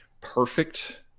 perfect